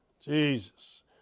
Jesus